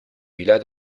vila